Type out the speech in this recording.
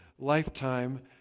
Lifetime